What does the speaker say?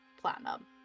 platinum